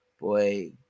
Boy